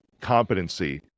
competency